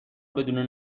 بدون